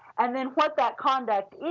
and then what that conduct